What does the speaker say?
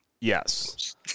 Yes